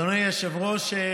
אדוני היושב-ראש,